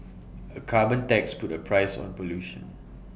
A carbon tax puts A price on pollution